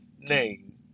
name